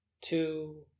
Two